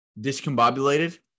discombobulated